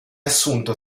assunto